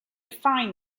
find